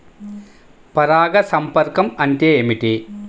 పరాగ సంపర్కం అంటే ఏమిటి?